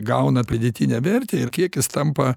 gauna pridėtinę vertę ir kiek jis tampa